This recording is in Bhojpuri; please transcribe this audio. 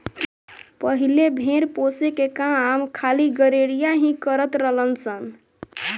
पहिले भेड़ पोसे के काम खाली गरेड़िया ही करत रलन सन